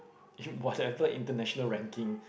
in whatever international ranking